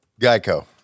Geico